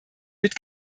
mit